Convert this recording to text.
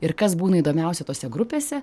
ir kas būna įdomiausia tose grupėse